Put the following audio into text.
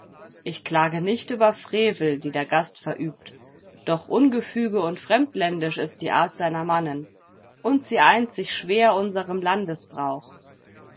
ich klage nicht über frevel die der gast verübt doch ungefüge und fremdländisch ist die art seiner mannen und sie eint sich schwer unserm